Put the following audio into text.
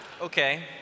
Okay